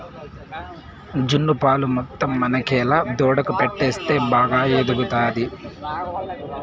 జున్ను పాలు మొత్తం మనకేలా దూడకు పట్టిస్తే బాగా ఎదుగుతాది